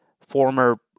former